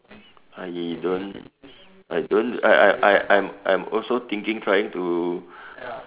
I don't I don't I'm I'm I'm I'm I'm also thinking trying to